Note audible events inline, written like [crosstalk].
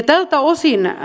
[unintelligible] tältä osin